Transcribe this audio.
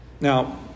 Now